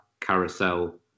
carousel